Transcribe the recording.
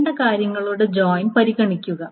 ചെയ്യേണ്ട കാര്യങ്ങളുടെ ജോയിൻ പരിഗണിക്കുക